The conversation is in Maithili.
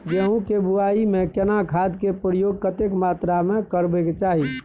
गेहूं के बुआई में केना खाद के प्रयोग कतेक मात्रा में करबैक चाही?